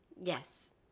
Yes